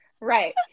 Right